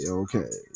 okay